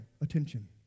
attention